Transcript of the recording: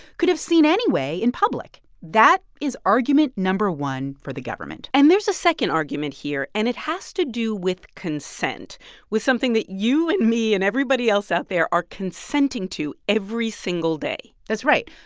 could have seen anyway in public. that is argument no. one for the government and there's a second argument here, and it has to do with consent with something that you and me and everybody else out there are consenting to every single day that's right.